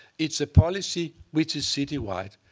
it's a policy which is city wide.